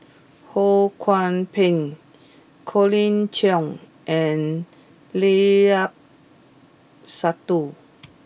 Ho Kwon Ping Colin Cheong and Limat Sabtu